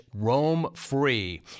roamfree